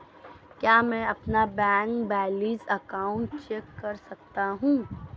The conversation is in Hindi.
क्या मैं अपना बैंक बैलेंस ऑनलाइन चेक कर सकता हूँ?